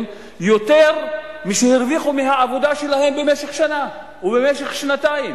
יותר משהרוויחו מהעבודה שלהם במשך שנה ובמשך שנתיים.